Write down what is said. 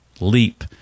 Leap